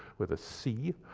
with a c.